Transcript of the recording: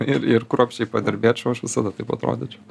ir ir kruopščiai padirbėčiau aš visada taip atrodyčiau